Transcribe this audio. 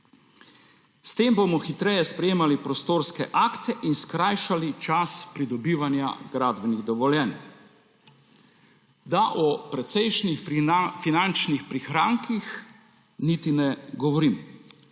S tem bomo hitreje sprejemali prostorske akte in skrajšali čas pridobivanja gradbenih dovoljenj. Da o precejšnjih finančnih prihrankih niti ne govorimo.